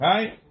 Right